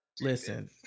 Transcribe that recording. listen